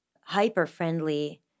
hyper-friendly